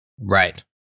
Right